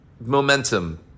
momentum